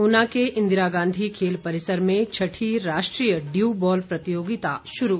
ऊना के इंदिरा गांधी खेल परिसर में छठी राष्ट्रीय ड्यू बॉल प्रतियोगिता शुरू